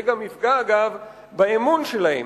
זה גם יפגע, אגב, באמון שלהם.